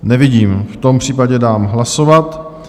Nevidím, v tom případě dám hlasovat.